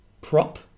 prop